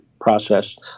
process